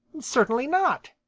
certainly not,